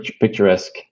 picturesque